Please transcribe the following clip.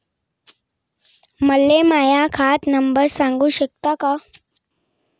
मले माह्या खात नंबर सांगु सकता का?